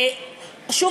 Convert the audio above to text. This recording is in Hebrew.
שוב,